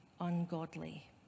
ungodly